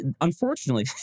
Unfortunately